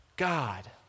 God